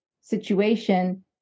situation